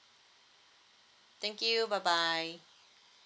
thank you bye bye